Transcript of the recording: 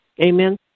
Amen